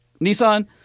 Nissan